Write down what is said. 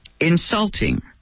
insulting